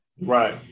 Right